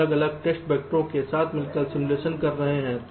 हम अलग अलग टेस्ट वैक्टर के साथ मिलकर सिमुलेशन कर रहे हैं